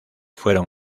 fueron